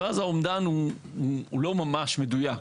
ואז האומדן הוא לא ממש מדויק.